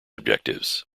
objectives